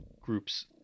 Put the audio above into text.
groups